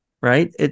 right